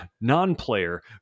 non-player